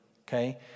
okay